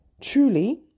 Truly